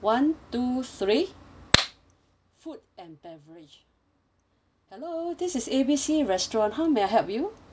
one two three food and beverage hello this is A B C restaurant how may I help you